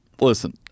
listen